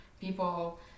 people